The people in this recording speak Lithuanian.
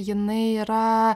jinai yra